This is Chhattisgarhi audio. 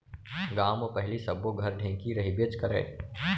गॉंव म पहिली सब्बो घर ढेंकी रहिबेच करय